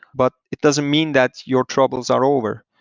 but it doesn't mean that your troubles are over.